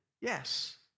yes